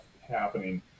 happening